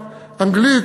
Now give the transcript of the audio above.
אנגלית,